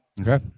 Okay